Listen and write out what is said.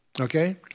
Okay